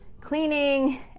cleaning